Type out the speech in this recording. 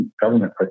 government